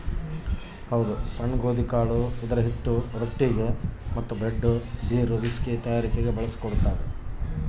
ಸಣ್ಣ ಗೋಧಿಕಾಳು ಇದರಹಿಟ್ಟು ರೊಟ್ಟಿಗೆ, ಬ್ರೆಡ್, ಬೀರ್, ವಿಸ್ಕಿ ತಯಾರಿಕೆಗೆ ಬಳಕೆಯಾಗ್ತದ